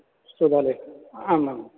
लेख आम् आम्